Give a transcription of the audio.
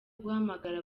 guhamagara